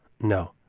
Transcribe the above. No